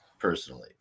Personally